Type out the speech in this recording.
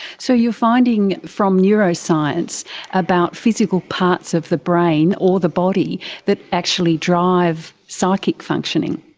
so you're finding from neuroscience about physical parts of the brain or the body that actually drive psychic functioning.